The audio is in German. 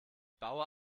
baue